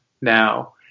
now